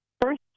first